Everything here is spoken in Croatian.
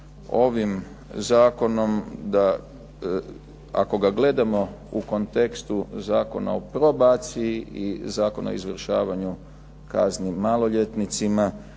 ovim zakonom, ako ga gledamo u kontekstu Zakona o probaciji i Zakona o izvršenju kazni maloljetnicima,